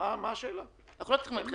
בוועדת הכנסת.